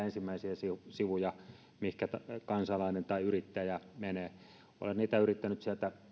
ensimmäisiä sivuja mille kansalainen tai yrittäjä menee olen heitä yrittänyt